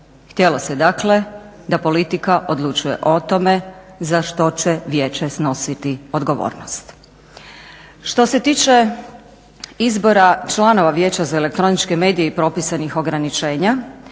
htjelo se dakle da politika odlučuje o tome za što će vijeće snositi odgovornost. Što se tiče izbora članova Vijeća za elektroničke medije i propisanih ograničenja,